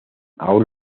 aún